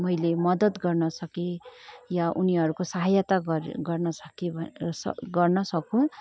मैले मदद गर्न सकेँ या उनीहरूको सहायता गर्न सकेँ गर्न सकूँ